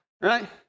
Right